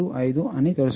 455 అని తెలుసుకోవచ్చు